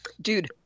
Dude